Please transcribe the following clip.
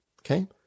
okay